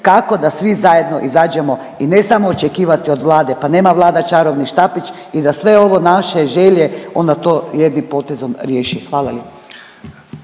kako da svi zajedno izađemo i ne samo očekivati od vlade, pa nema vlada čarobni štapić i da sve ovo naše želje onda to jednim potezom riješi. Hvala